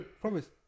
promise